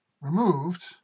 removed